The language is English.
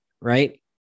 right